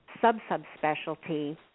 sub-sub-specialty